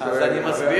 אז אני מסביר,